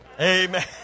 Amen